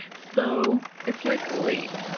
so, it's like, late,